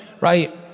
Right